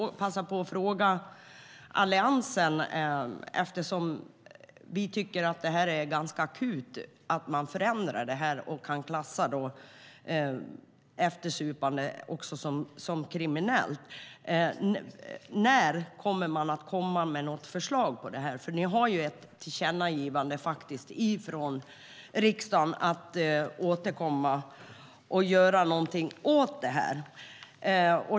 Eftersom vi tycker att det finns ett akut behov av att förändra detta och kunna klassa eftersupande som kriminellt vill jag passa på att fråga Alliansen: När kommer det ett förslag om detta? Regeringen har ju ett tillkännagivande från riksdagen om att återkomma och göra något åt detta.